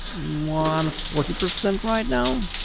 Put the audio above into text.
mwah, i'm at forty percent right now.